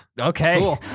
Okay